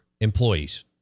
employees